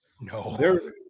no